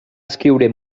escriure